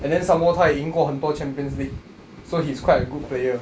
and then some more 他也赢过很多 champions league so he's quite a good player